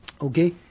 Okay